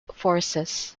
forces